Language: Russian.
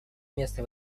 место